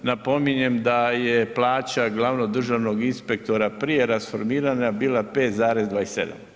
Napominjem da je plaća glavnog državnog inspektora prije rasformiranja bila 5,27.